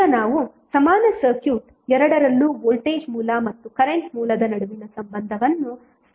ಈಗ ನಾವು ಸಮಾನ ಸರ್ಕ್ಯೂಟ್ ಎರಡರಲ್ಲೂ ವೋಲ್ಟೇಜ್ ಮೂಲ ಮತ್ತು ಕರೆಂಟ್ ಮೂಲದ ನಡುವಿನ ಸಂಬಂಧವನ್ನು ಸ್ಥಾಪಿಸಿದ್ದೇವೆ